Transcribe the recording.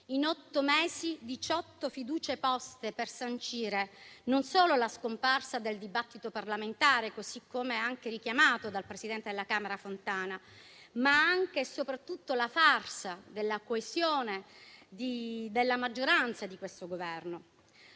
In otto mesi, diciotto fiducie sono state poste per sancire non solo la scomparsa del dibattito parlamentare, così come richiamato dal presidente della Camera Fontana, ma anche e soprattutto la farsa della coesione della maggioranza che sostiene questo Governo.